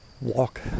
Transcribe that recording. walk